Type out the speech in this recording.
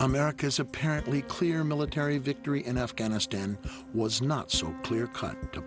america's apparently clear military victory in afghanistan was not so clear cut